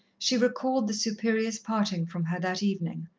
she recalled the superior's parting from her that evening,